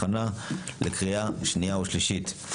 הכנה לקריאה שנייה ושלישית.